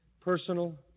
personal